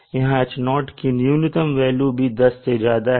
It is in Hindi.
यहां H0 की न्यूनतम वैल्यू भी 10 से ज्यादा है